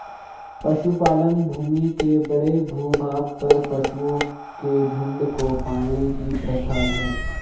पशुपालन भूमि के बड़े भूभाग पर पशुओं के झुंड को पालने की प्रथा है